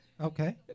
Okay